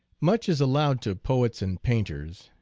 much is allowed to poets and painters,